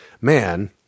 man